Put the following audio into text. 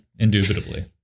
Indubitably